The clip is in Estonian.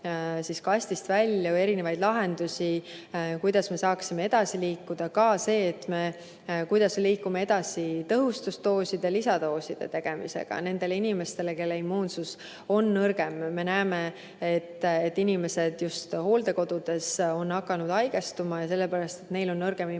kastist välja erinevaid lahendusi, kuidas me saaksime edasi liikuda, näiteks kuidas me liigume edasi tõhustusdooside ja lisadooside manustamisega nendele inimestele, kelle immuunsus on nõrgem. Me näeme, et inimesed just hooldekodudes on hakanud haigestuma, sest neil on nõrgem immuunsus.